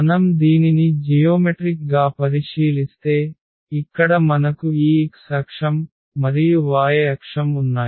మనం దీనిని జియోమెట్రిక్ గా పరిశీలిస్తే ఇక్కడ మనకు ఈ x అక్షం మరియు y అక్షం ఉన్నాయి